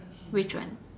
which one